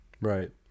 Right